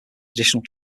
additional